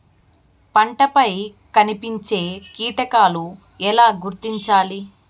పంటలపై కనిపించే కీటకాలు ఎలా గుర్తించాలి?